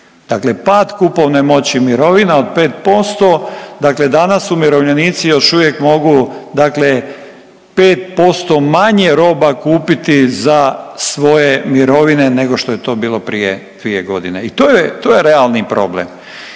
dakle pad kupovne moći mirovina od 5%, dakle danas umirovljenici još uvijek mogu dakle 5% manje roba kupiti za svoje mirovine nego što je to bilo prije 2.g. i to je, to je realni problem.